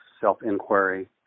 self-inquiry